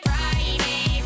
Friday